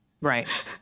Right